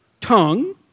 tongue